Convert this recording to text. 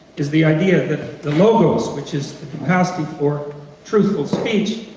is the idea that the logos, which is the capacity for truthful speech,